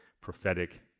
Prophetic